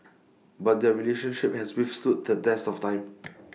but their relationship has withstood the test of time